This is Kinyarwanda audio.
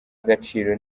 agaciro